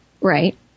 Right